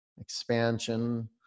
Expansion